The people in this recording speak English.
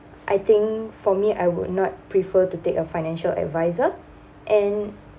I think for me I would not prefer to take a financial advisor and